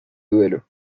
duelo